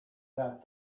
that